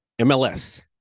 MLS